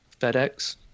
FedEx